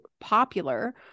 popular